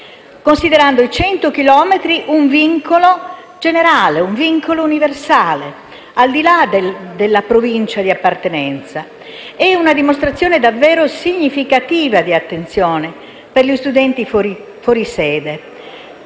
considerando i 100 chilometri un vincolo generale e universale, al di là della Provincia di appartenenza. È una dimostrazione davvero significativa di attenzione nei confronti degli studenti fuori sede,